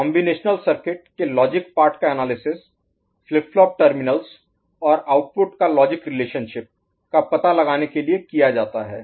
combinational circuit के logic part का analysis flip flop terminals और आउटपुट का लॉजिक रिलेशनशिप का पता लगाने के लिए किया जाता है